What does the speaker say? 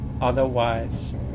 otherwise